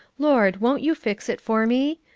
lord won't you fix it for me?